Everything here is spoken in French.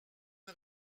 une